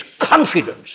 confidence